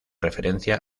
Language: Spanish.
referencia